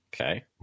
Okay